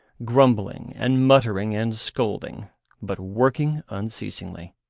grumbling and muttering and scolding but working unceasingly.